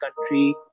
country